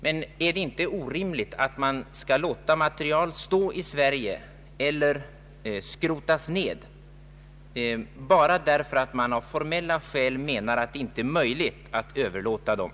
Men är det inte orimligt att man skall låta materiel stå outnyttjad i Sverige eller skrotas ned bara därför att man av formella skäl menar att det inte är möjligt att överlåta den?